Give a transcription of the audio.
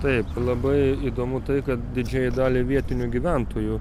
taip labai įdomu tai kad didžiajai daliai vietinių gyventojų